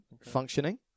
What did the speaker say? functioning